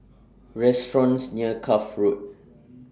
restaurants near Cuff Road